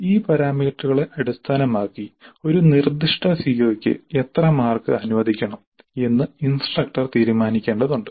ഈ പാരാമീറ്ററുകളെ അടിസ്ഥാനമാക്കി ഒരു നിർദ്ദിഷ്ട സിഒക്ക് എത്ര മാർക്ക് അനുവദിക്കണം എന്ന് ഇൻസ്ട്രക്ടർ തീരുമാനിക്കേണ്ടതുണ്ട്